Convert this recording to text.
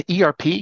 ERP